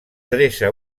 dreça